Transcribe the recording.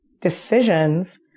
decisions